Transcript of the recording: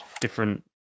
different